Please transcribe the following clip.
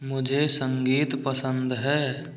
मुझे संगीत पसंद है